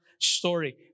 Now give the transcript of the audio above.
story